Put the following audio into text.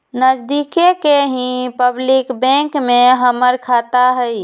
नजदिके के ही पब्लिक बैंक में हमर खाता हई